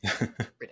ridiculous